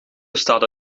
bestaat